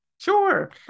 Sure